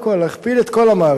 הכול, הכול, להכפיל את כל המערכת.